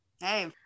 Hey